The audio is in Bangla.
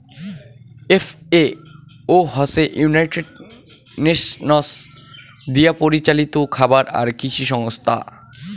এফ.এ.ও হসে ইউনাইটেড নেশনস দিয়াপরিচালিত খাবার আর কৃষি সংস্থা